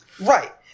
Right